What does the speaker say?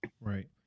Right